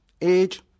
age